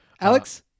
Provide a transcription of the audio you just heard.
Alex